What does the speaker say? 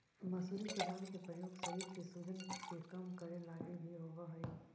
मसूरी के दाल के प्रयोग शरीर के सूजन के कम करे लागी भी होब हई